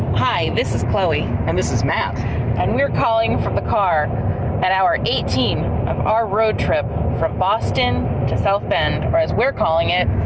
hi, this is chloe and this is matt and we're calling from the car at hour eighteen of our road trip from boston to south bend, or as we're calling it.